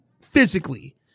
physically